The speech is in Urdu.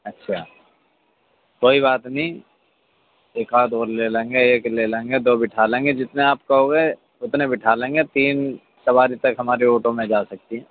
اچھا کوئی بات نہیں ایک آدھ اور لے لیں گے ایک لے لیں گے دو بٹھا لیں گے جتنے آپ کہو گے اتنے بٹھا لیں گے تین سواری تک ہمارے آٹو میں جا سکتی